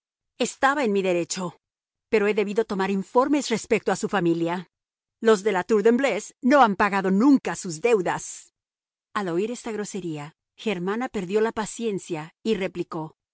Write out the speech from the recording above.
estaba en mi derecho pero he debido tomar informes respecto a su familia los la tour de embleuse no han pagado nunca sus deudas al oír esta grosería germana perdió la paciencia y replicó